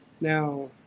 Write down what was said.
now